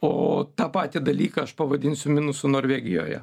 o tą patį dalyką aš pavadinsiu minusu norvegijoje